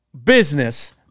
business